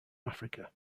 africa